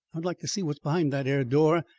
i'd like to see what's behind that ere door.